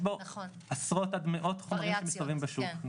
עשרות עד מאות חומרים שמסתובבים בשוק,